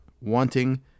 wanting